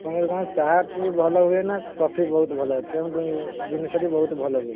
ଆପଣଙ୍କ ଦୋକାନରେ ଚାହାଟି ଭଲ ହୁଏନା କଫି ବହୁତ ଭଲ କେଉଁ ଜିନିଷଟି ବହୁତ ଭଲ ହୁଏ